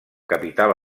capital